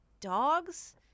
dogs